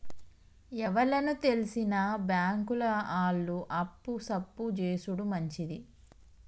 ఎవలకు తెల్సిన బాంకుల ఆళ్లు అప్పు సప్పు జేసుడు మంచిది